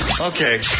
Okay